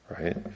right